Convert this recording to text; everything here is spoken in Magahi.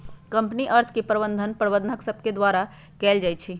कंपनी अर्थ के प्रबंधन प्रबंधक सभ द्वारा कएल जाइ छइ